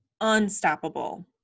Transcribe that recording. unstoppable